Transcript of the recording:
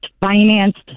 financed